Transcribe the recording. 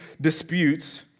disputes